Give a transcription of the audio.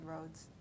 roads